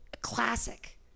classic